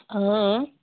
اۭں اۭں